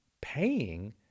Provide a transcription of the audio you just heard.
paying